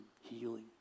healing